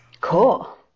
Cool